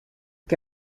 que